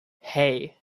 hey